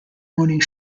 morning